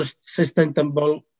sustainable